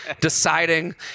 deciding